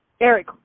Eric